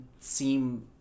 seem